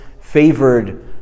favored